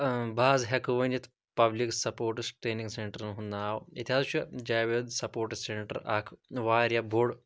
بہٕ حظ ہٮ۪کہٕ ؤنِتھ پَبلِک سپوٹٕس ٹرینِنٛگ سٮ۪نٛٹرٛن ہُنٛد ناو ییٚتہِ حظ چھُ جاوید سپوٹس سٮ۪نٛٹَر اَکھ واریاہ بوٚڈ